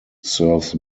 serves